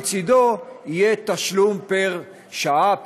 לצדו יהיה תשלום פר שעה,